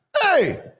Hey